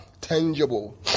tangible